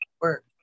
work